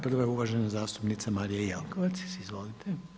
Prvo je uvažena zastupnica Marija Jelkovac, izvolite.